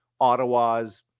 Ottawa's